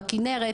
בכינרת.